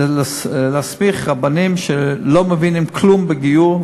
להסמיך רבנים שלא מבינים כלום בגיור,